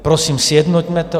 Prosím, sjednoťme to.